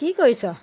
কি কৰিছ'